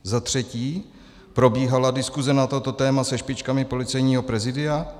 Za třetí: Probíhala diskuse na toto téma se špičkami Policejního prezídia?